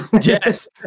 Yes